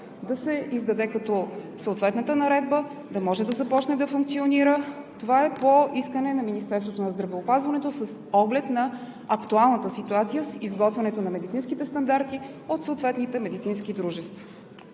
да се издаде като съответната наредба, да може като започне да функционира. Това е по искане на Министерството на здравеопазването с оглед на актуалната ситуация – изготвянето на медицинските стандарти от съответните медицински дружества.